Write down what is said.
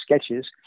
sketches